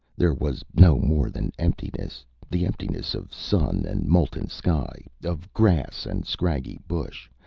there was no more than emptiness the emptiness of sun and molten sky, of grass and scraggy bush,